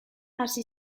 hasi